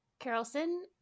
Carolson